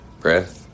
Breath